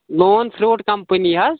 لون fruit company حظ